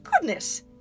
Goodness